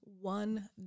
one